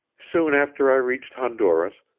soon after i reached honduras,